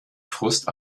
frust